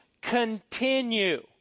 continue